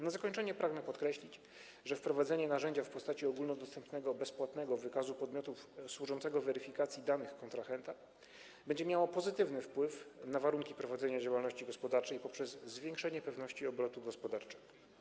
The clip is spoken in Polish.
Na zakończenie pragnę podkreślić, że wprowadzenie narzędzia w postaci ogólnodostępnego bezpłatnego wykazu podmiotów służącego weryfikacji danych kontrahenta będzie miało wpływ na poprawę warunków prowadzenia działalności gospodarczej poprzez zwiększenie pewności obrotu gospodarczego.